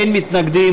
אין מתנגדים,